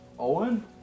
Owen